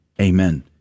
amen